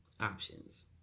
options